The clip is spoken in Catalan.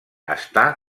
està